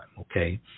okay